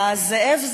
ה"זאב,